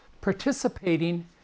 participating